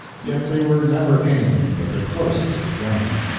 yet they were never anything but the closest friends.